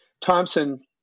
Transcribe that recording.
Thompson